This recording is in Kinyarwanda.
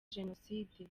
jenoside